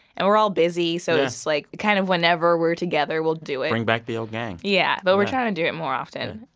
and we're all busy. so it's just, like, kind of whenever we're together, we'll do it bring back the old gang yeah. but we're trying to do it more often.